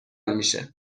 میشه